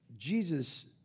Jesus